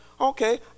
okay